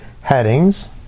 headings